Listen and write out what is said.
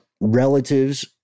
relatives